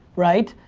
right?